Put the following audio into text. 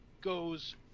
goes